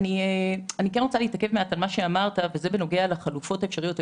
אני רוצה להתעכב מעט על מה שאמרת בנוגע לחלופות האפשריות.